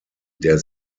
der